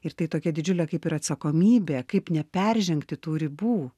ir tai tokia didžiulė kaip ir atsakomybė kaip neperžengti tų ribų